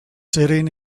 sitting